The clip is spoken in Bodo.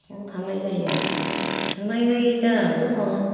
बेयाव थांनाय जायो आरो जायाबाथ' थाङा